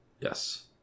Yes